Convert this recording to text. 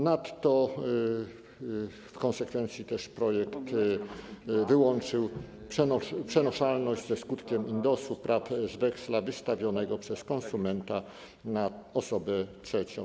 Nadto w konsekwencji projekt wyłączył też przenoszalność ze skutkiem indosu praw z weksla wystawionego przez konsumenta na osobę trzecią.